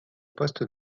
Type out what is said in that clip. poste